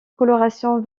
coloration